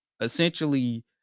essentially